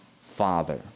father